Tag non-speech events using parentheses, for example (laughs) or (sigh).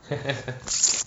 (laughs)